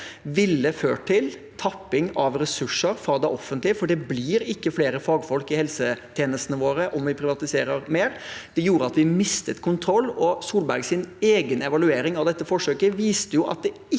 ville ført til tapping av ressurser fra det offentlige, for det blir ikke flere fagfolk i helsetjenestene våre om vi privatiserer mer. Det gjorde at vi mistet kontroll. Solbergs egen evaluering av dette forsøket viste jo at det verken